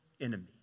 enemy